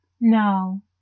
No